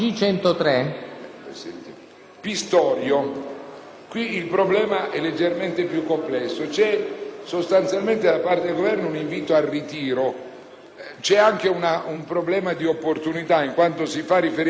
giorno G103, il problema è leggermente più complesso. C'è sostanzialmente da parte del Governo un invito al ritiro; c'è infatti un problema di opportunità, in quanto si fa riferimento al rapporto con la Libia